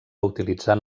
utilitzant